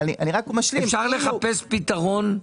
אפשר לחפש פתרון?